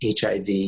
HIV